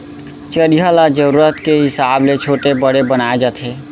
चरिहा ल जरूरत के हिसाब ले छोटे बड़े बनाए जाथे